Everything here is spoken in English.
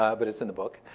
ah but it's in the book.